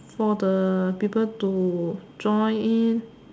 for the people to join in